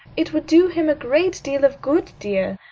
it would do him a great deal of good, dear.